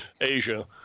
Asia